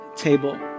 table